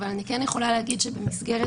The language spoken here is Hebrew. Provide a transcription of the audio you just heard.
אבל אני יכולה להגיד שבמסגרת